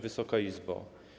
Wysoka Izbo!